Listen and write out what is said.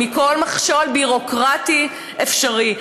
מכל מכשול ביורוקרטי אפשרי.